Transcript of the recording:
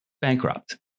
bankrupt